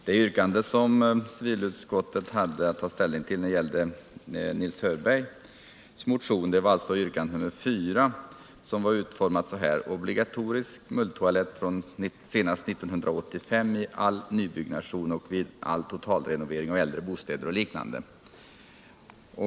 Låt mig göra den förenklingen att jag utgår från att vi i utskottet hade varit ense om de olika toalettsystemens för och nackdelar!